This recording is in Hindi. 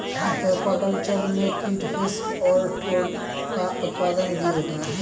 एक्वाकल्चर में केटफिश और ट्रोट का उत्पादन भी होता है